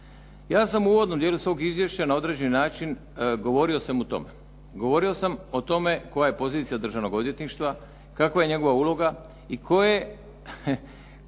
Ja sam u uvodnom dijelu svog izvješća na određeni način govorio sam o tome. Govorio sam o tome koja je pozicija Državnog odvjetništva, kakva je njegova uloga i koji